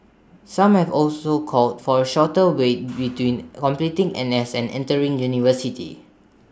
some have also called for A shorter wait between completing N S and entering university